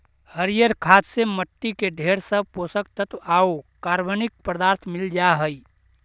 हरियर खाद से मट्टी में ढेर सब पोषक तत्व आउ कार्बनिक पदार्थ मिल जा हई